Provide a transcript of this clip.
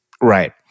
Right